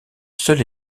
seul